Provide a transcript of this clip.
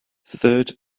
third